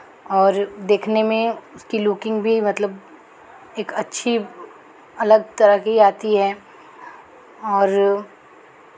और देखने में उसकी लुकिंग भी मतलब एक अच्छी अलग तरह की आती है और